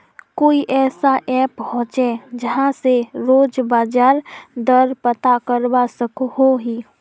कोई ऐसा ऐप होचे जहा से रोज बाजार दर पता करवा सकोहो ही?